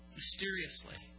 mysteriously